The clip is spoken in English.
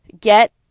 get